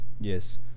Yes